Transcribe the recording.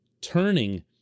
turning